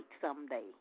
someday